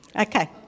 okay